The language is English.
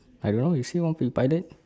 I don't know you say want to be pilot